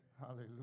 Hallelujah